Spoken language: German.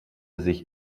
sich